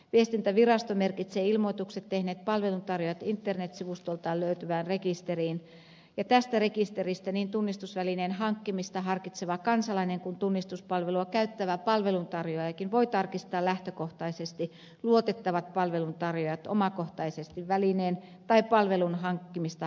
viestintävirasto merkitsee ilmoitukset tehneet palveluntarjoajat internet sivustoltaan löytyvään rekisteriin ja tästä rekisteristä niin tunnistusvälineen hankkimista harkitseva kansalainen kuin tunnistuspalvelua käyttävä palveluntarjoajakin voi tarkistaa lähtökohtaisesti luotettavat palveluntarjoajat omakohtaisesti välineen tai palvelun hankkimista harkitessaan